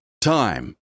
time